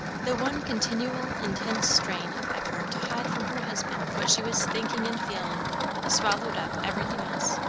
the one continual, intense strain of effort to hide from her husband what she was thinking and feeling swallowed up everything else.